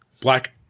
black